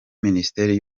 minisiteri